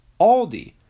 Aldi